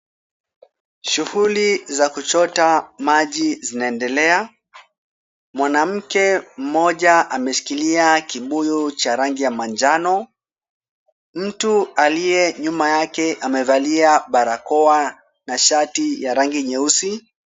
Shughuli za kuchota maji zinaendelea. Mwanamke mmoja ameshikilia kibuyu cha rangi ya manjano. Mtu aliye nyuma yake amevalia barakoa na shati ya rangi nyeusi.